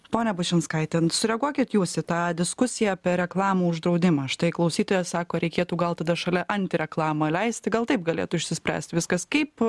ponia bušinskaite sureaguokit jūs į tą diskusiją apie reklamų uždraudimą štai klausytoja sako reikėtų gal tada šalia antireklamą leisti gal taip galėtų išsispręsti viskas kaip